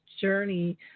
journey